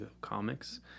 comics